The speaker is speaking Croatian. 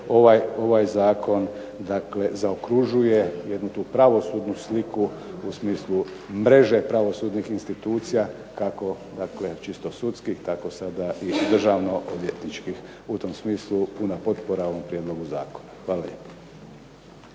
ovaj zakon dakle zaokružuje jednu tu pravosudnu sliku u smislu mreže pravosudnih institucija kako dakle čisto sudski tako sada i državno odvjetničkih. U tom smislu puna potpora ovom prijedlogu zakona. Hvala